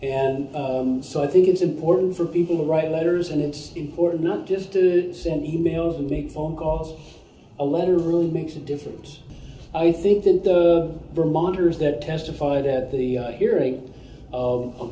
and so i think it's important for people who write letters and it's important not just to send e mails and make phone calls a letter really makes a difference i think that the vermonters that testified at the hearing